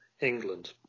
England